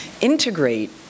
integrate